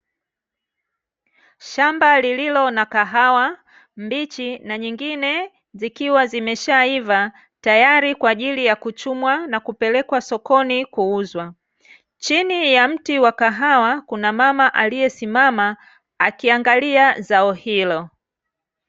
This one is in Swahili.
Shamba lililo na kahawa mbichi na nyingine zikiwa zimeshaiva tayari kwa ajili ya kuchumwa na kupelekwa sokoni kuuzwa. Chini ya mti wa kahawa kuna mama aliyesimama akiangalia zao hilo.